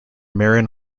marion